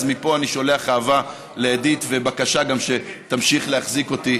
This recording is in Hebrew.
אז מפה אני שולח אהבה לאדית ובקשה שתמשיך להחזיק אותי.